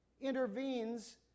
intervenes